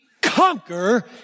conquer